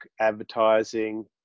advertising